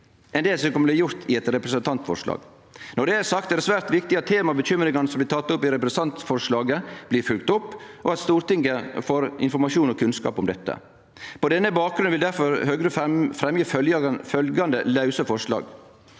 enn det som kan bli gjort i eit representantforlag. Når det er sagt, er det svært viktig at temaet og bekymringane som blir tekne opp i representantforslaget, blir følgde opp, og at Stortinget får informasjon og kunnskap om dette. På denne bakgrunnen vil difor Høgre fremje følgjande lause forslag: